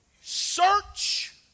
search